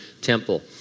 temple